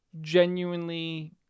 genuinely